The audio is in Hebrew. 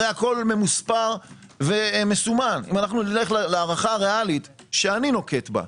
הרי הכול ממוספר ומסומן הערכה ריאלית שאני נוקט בה,